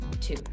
two